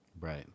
Right